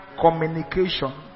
communication